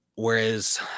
Whereas